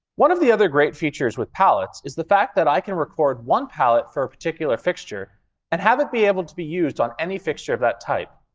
one of the other great features with palettes is the fact that i can record one palette for a particular fixture and have it be able to be used on any fixture of that type.